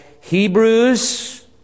Hebrews